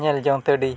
ᱧᱮᱞ ᱡᱚᱝᱛᱮ ᱟᱹᱰᱤ